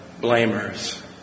blamers